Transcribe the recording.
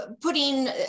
putting